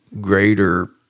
greater